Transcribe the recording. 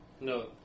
No